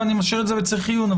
אני משאיר את זה בצריך עיון.